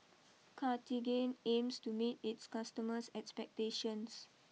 Cartigain aims to meet its customers expectations